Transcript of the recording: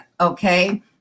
okay